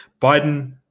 Biden